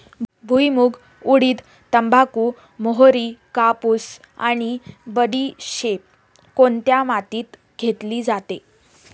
भुईमूग, उडीद, तंबाखू, मोहरी, कापूस आणि बडीशेप कोणत्या मातीत घेतली जाते?